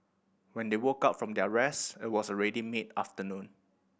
when they woke up from their rest it was already mid afternoon